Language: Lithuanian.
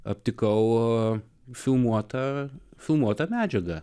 aptikau filmuotą filmuotą medžiagą